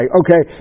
okay